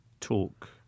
Talk